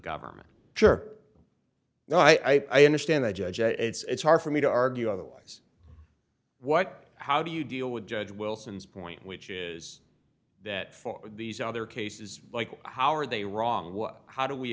government sure now i understand the judge and it's hard for me to argue otherwise what how do you deal with judge wilson's point which is that for these other cases like how are they wrong what how do we